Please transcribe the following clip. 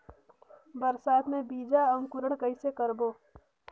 बरसात मे बीजा अंकुरण कइसे करबो?